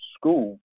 school